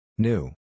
new